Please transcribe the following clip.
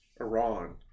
Iran